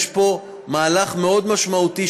יש פה מהלך מאוד משמעותי,